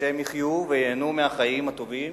ושהם יחיו וייהנו מהחיים הטובים